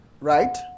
right